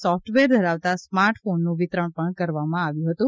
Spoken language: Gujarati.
સોફટવેર ધરાવતા સ્માર્ટ ફોનનું વિતરણ કરવામાં આવ્યું હતું